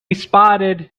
spotted